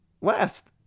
last